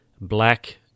Black